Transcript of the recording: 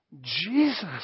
Jesus